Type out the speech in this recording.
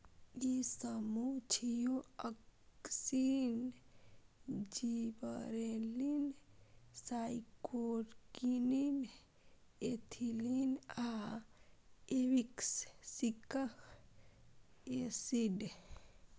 ई समूह छियै, auxin, gibberellin, cytokinin, ethylene आ एब्सिसिक एसिड